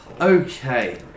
Okay